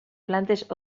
plantes